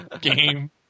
game